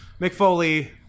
McFoley